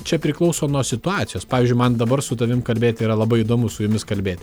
čia priklauso nuo situacijos pavyzdžiui man dabar su tavim kalbėti yra labai įdomu su jumis kalbėt